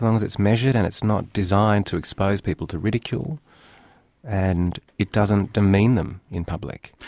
long as it's measured and it's not designed to expose people to ridicule and it doesn't demean them in public.